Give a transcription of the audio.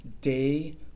day